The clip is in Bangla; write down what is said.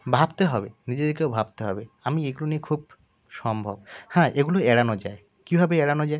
ভাবতে হবে নিজেদেরকেও ভাবতে হবে আমি এগুলো নিয়ে খুব সম্ভব হ্যাঁ এগুলো এড়ানো যায় কীভাবে এড়ানো যায়